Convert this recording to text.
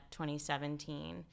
2017